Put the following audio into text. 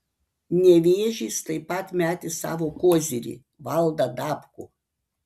nevėžis taip pat metė savo kozirį valdą dabkų